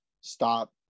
stop